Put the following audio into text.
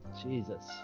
Jesus